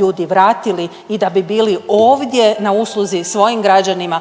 ljudi vratili i da bi bili ovdje na usluzi svojim građanima,